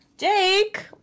Jake